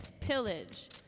pillage